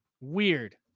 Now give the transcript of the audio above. weird